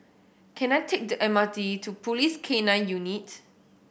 can I take the M R T to Police K Nine Unit